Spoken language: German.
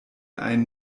ein